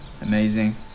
amazing